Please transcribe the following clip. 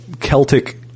Celtic